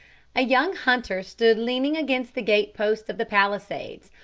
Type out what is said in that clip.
a young hunter stood leaning against the gate-post of the palisades,